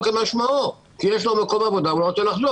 כי יש לו מקום עבודה והוא לא רוצה לחזור.